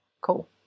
cool